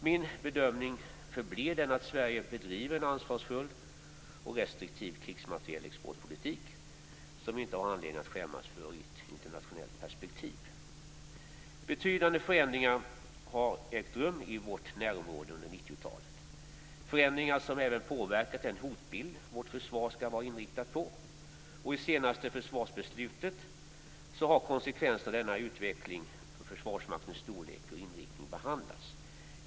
Min bedömning förblir den att Sverige bedriver en ansvarsfull och restriktiv krigsmaterielexportpolitik som vi inte har anledning att skämmas för i ett internationellt perspektiv. Betydande förändringar har ägt rum i vårt närområde under 90-talet, förändringar som även påverkat den hotbild vårt försvar skall vara inriktat på. I det senaste försvarsbeslutet har konsekvenserna av denna utveckling för Försvarsmaktens storlek och inriktning behandlats.